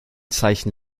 zeichen